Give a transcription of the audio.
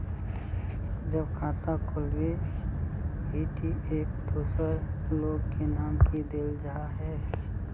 जब खाता खोलबे ही टी एक दोसर लोग के नाम की देल जाए है?